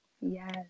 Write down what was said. Yes